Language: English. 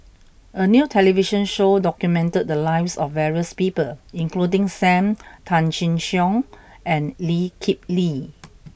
a new television show documented the lives of various people including Sam Tan Chin Siong and Lee Kip Lee